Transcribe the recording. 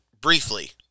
briefly